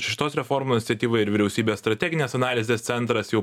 šitos reformos iniciatyvai ir vyriausybės strateginės analizės centras jau